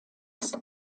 ist